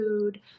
food